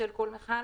בשל כל מכל,